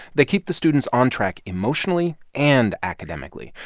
they keep the students on track emotionally and academically.